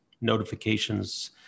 notifications